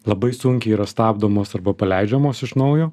labai sunkiai yra stabdomos arba paleidžiamos iš naujo